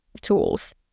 tools